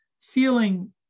feeling